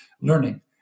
learning